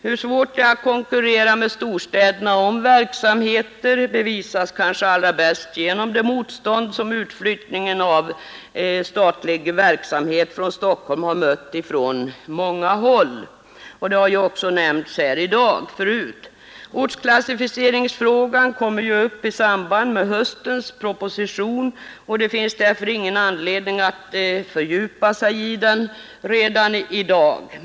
Hur svårt det är att konkurrera med storstäderna om verksamheter bevisas kanske allra bäst av det motstånd som utflyttning av statlig verksamhet från Stockholm har mött på många håll — det har ju nämnts förut här i dag. Ortsklassificeringsfrågan kommer upp i samband med behandlingen av höstens proposition, och det finns därför ingen anledning att fördjupa sig i den redan i dag.